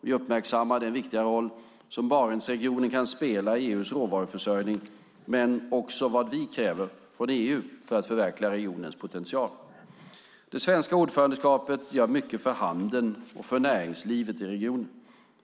Vi uppmärksammade den viktiga roll som Barentsregionen kan spela i EU:s råvaruförsörjning, men också vad vi kräver från EU för att förverkliga regionens potential. Det svenska ordförandeskapet gör mycket för handeln och näringslivet i regionen.